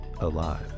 alive